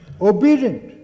Obedient